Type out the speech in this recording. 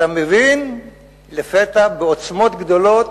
אתה מבין לפתע, בעוצמות גדולות,